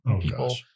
people